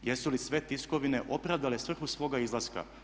Jesu li sve tiskovine opravdale svrhu svoga izlaska?